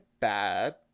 bad